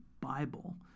Bible